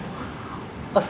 这样就是